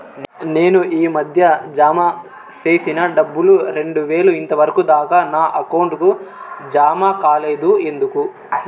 నేను ఈ మధ్య జామ సేసిన డబ్బులు రెండు వేలు ఇంతవరకు దాకా నా అకౌంట్ కు జామ కాలేదు ఎందుకు?